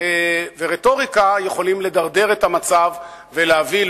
ורטוריקה יכולות לדרדר את המצב ולהביא,